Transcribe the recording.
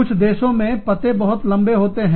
कुछ देशों में पते बहुत लंबे होते हैं